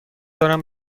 دارم